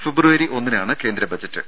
ഫെബ്രുവരി ഒന്നിനാണ് കേന്ദ്ര ബജറ്റ്